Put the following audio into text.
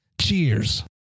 Cheers